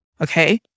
Okay